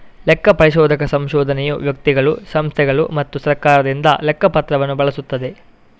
ಲೆಕ್ಕ ಪರಿಶೋಧಕ ಸಂಶೋಧನೆಯು ವ್ಯಕ್ತಿಗಳು, ಸಂಸ್ಥೆಗಳು ಮತ್ತು ಸರ್ಕಾರದಿಂದ ಲೆಕ್ಕ ಪತ್ರವನ್ನು ಬಳಸುತ್ತದೆ